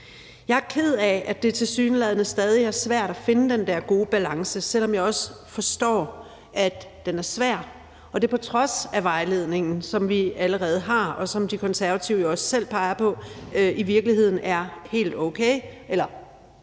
Jeg er ked af, at det tilsyneladende stadig er svært at finde den der gode balance, selv om jeg også forstår, at den er svær på trods af vejledningen, som vi allerede har, og som De Konservative jo også selv peger på i virkeligheden er helt okay